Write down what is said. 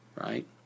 right